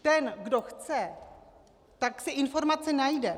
Ten, kdo chce, tak si informace najde.